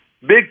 Big